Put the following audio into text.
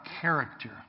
character